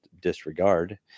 Disregard